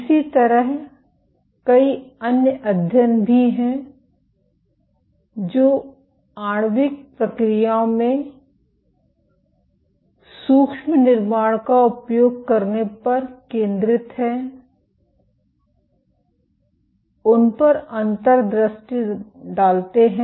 इसी तरह कई अन्य अध्ययन भी हैं जो आणविक प्रक्रियाओं में सूक्ष्म निर्माण का उपयोग करने पर केंद्रित हैं उन पर अंतर्दृष्टि डालते हैं